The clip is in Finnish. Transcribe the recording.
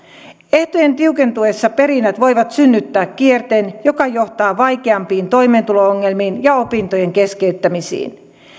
ehtojen tiukentuessa perinnät voivat synnyttää kierteen joka johtaa vaikeampiin toimeentulo ongelmiin ja opintojen keskeyttämisiin